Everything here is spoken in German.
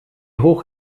hoch